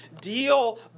deal